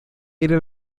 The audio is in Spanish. era